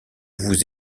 vous